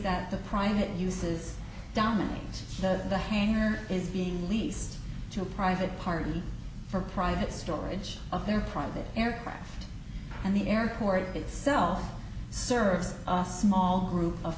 the private uses dominate the hangar is being leased to a private party for private storage of their private aircraft and the airport itself serves us small group of